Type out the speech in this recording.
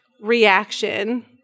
reaction